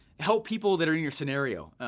help people that are in your scenario.